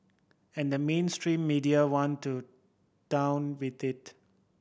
and the mainstream media went to town with it